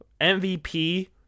MVP